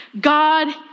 God